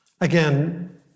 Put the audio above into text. again